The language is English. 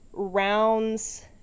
rounds